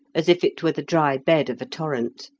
as if it were the dry bed of a torrent.